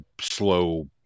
slow